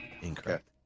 Incorrect